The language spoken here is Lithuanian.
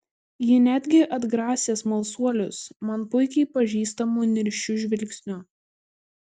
ji netgi atgrasė smalsuolius man puikiai pažįstamu niršiu žvilgsniu